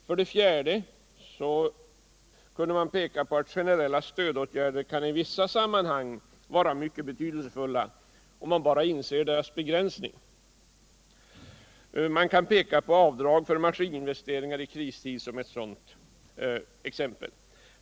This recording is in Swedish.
För det fjärde kunde man peka på att generella stödåtgärder i vissa sammanhang kunde vara mycket betydelsefulla, om man bara insåg deras begränsning. Avdrag för maskininvesteringar i kristid är ett sådant exempel.